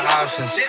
options